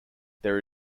there